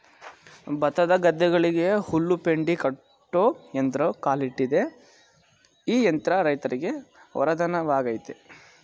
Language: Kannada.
ಭತ್ತದ ಗದ್ದೆಗಳಿಗೆ ಹುಲ್ಲು ಪೆಂಡಿ ಕಟ್ಟೋ ಯಂತ್ರವೂ ಕಾಲಿಟ್ಟಿದೆ ಈ ಯಂತ್ರ ರೈತರಿಗೆ ವರದಾನವಾಗಯ್ತೆ